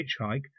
hitchhike